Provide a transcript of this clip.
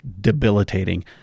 debilitating